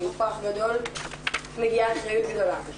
ועם כוח גדול מגיעה אחריות גדולה.